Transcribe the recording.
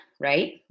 right